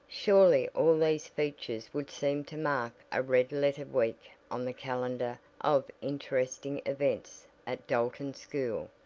surely all these features would seem to mark a red letter week on the calendar of interesting events at dalton school.